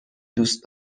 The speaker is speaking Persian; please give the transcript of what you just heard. دوست